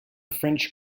french